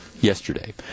Yesterday